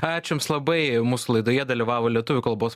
ačiū jums labai mūsų laidoje dalyvavo lietuvių kalbos